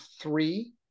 three